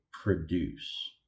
produce